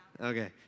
Okay